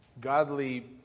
godly